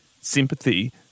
sympathy